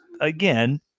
again